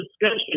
discussion